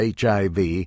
HIV